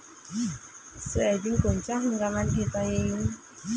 Soybean कोनच्या हंगामात घेता येईन?